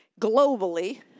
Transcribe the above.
globally